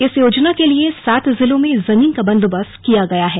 इस योजना के लिए सात जिलों में जमीन का बंदोबस्त किया गया हैं